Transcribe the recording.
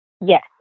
Yes